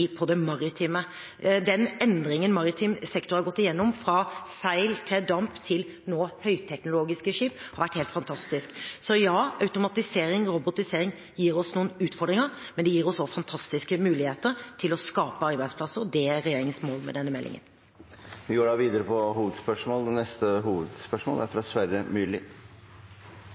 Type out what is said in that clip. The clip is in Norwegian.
det maritime. Den endringen maritim sektor har gått igjennom, fra seil til damp til nå høyteknologiske skip, har vært helt fantastisk. Så ja – automatisering, robotisering gir oss noen utfordringer, men det gir oss også fantastiske muligheter til å skape arbeidsplasser, og det er regjeringens mål med denne meldingen. Vi går videre til neste hovedspørsmål. Spørsmålet mitt er